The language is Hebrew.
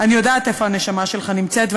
אני יודעת איפה הנשמה שלך נמצאת,